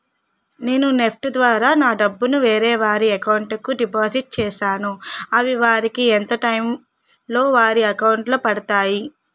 నేను నెఫ్ట్ ద్వారా నా డబ్బు ను వేరే వారి అకౌంట్ కు డిపాజిట్ చేశాను అవి వారికి ఎంత టైం లొ వారి అకౌంట్ లొ పడతాయి?